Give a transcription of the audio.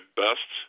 best